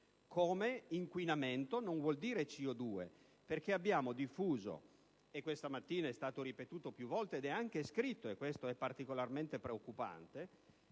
pure, inquinamento non vuol dire CO2. Abbiamo, infatti, diffuso - questa mattina lo abbiamo ripetuto più volte ed è anche scritto, e questo è particolarmente preoccupante